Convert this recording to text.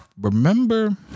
remember